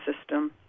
system